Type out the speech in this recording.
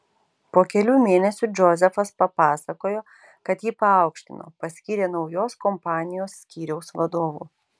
po kelių mėnesių džozefas papasakojo kad jį paaukštino paskyrė naujos kompanijos skyriaus vadovu